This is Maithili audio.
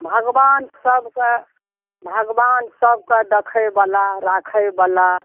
भगवान सभके भगवान सभके देखैवला राखैवला